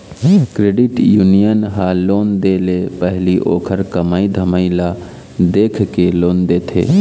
credit union ह loan दे ले पहिली ओखर कमई धमई ल देखके लोन देथे